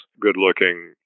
good-looking